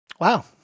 wow